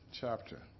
chapter